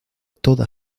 toda